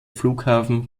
flughafen